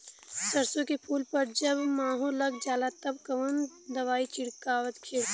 सरसो के फूल पर जब माहो लग जाला तब कवन दवाई छिड़कल जाला?